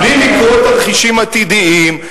בלי לקרוא תרחישים עתידיים,